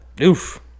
Oof